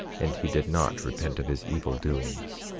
and he did not repent of his evil doings.